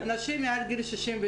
אנשים מעל גיל 67